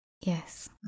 Yes